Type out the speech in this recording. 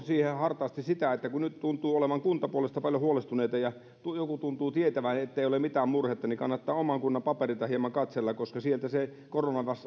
hartaasti sitä että kun nyt tuntuu olevan kuntapuolesta paljon huolestuneita ja joku tuntuu tietävän ettei ole mitään murhetta niin kannattaa oman kunnan papereita hieman katsella koska sieltä se korona